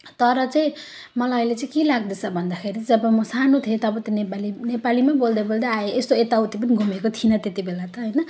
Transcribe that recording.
तर चाहिँ मलाई अहिले चाहिँ के लाग्दैछ भन्दाखेरि चाहिँ जब म सानो थिएँ तब त नेपाली नेपालीमै बोल्दै बोल्दै आएँ यस्तो यताउति पनि घुमेको थिइनँ त्यति बेला त होइन